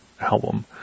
album